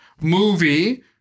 movie